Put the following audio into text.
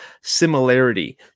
similarity